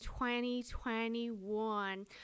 2021